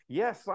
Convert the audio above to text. yes